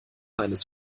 eines